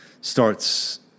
starts